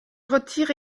retire